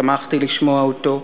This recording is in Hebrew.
ושמחתי לשמוע אותו,